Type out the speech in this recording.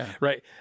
right